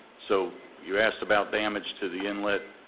so you asked about damage to the inlet.